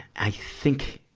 i think,